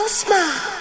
smile